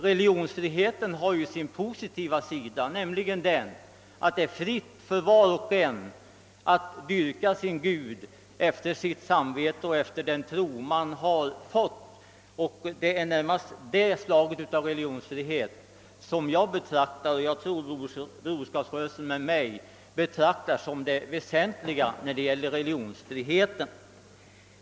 Religionsfrihet innebär ju någonting positivt, nämligen frihet för var och en att dyrka sin gud enligt sitt samvete och den tro man har bibringats. Det är närmast detta slag av religionsfrihet som jag — och jag tror även Broderskapsrörelsen med mig — betraktar som det väsentliga i religionsfriheten.